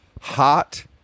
hot